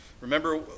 Remember